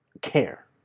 care